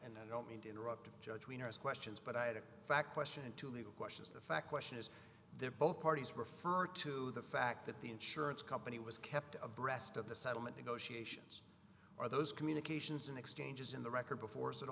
tight and i don't mean to interrupt judge wieners questions but i had a fact question two legal questions the fact question is there both parties refer to the fact that the insurance company was kept abreast of the settlement negotiations or those communications and exchanges in the record before